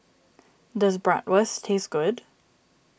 does Bratwurst taste good